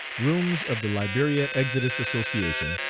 rooms of the liberia exodus association,